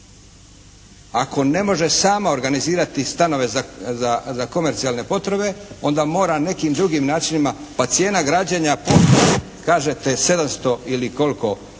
Ako ne može sama organizirati stanove za komercijalne potrebe, onda mora nekim drugim načinima pa cijena građenja POS-a kažete 700 ili koliko eura,